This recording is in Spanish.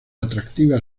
atractiva